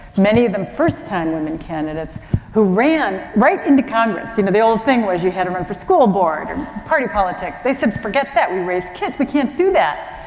many of them first time women candidates who ran right into congress. you know, the old thing was you had to run for school board, and party politics. they said forget that. we raise kids, we can't do that.